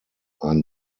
ein